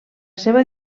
seva